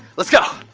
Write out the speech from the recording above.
let's go!